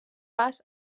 pas